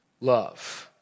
love